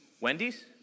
Wendy's